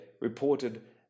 reported